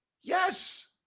Yes